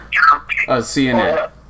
CNN